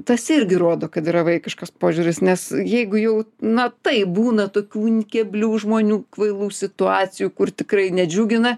tas irgi rodo kad yra vaikiškas požiūris nes jeigu jau na taip būna tokių keblių žmonių kvailų situacijų kur tikrai nedžiugina